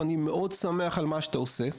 ואני מאוד שמח על מה שאתה עושה,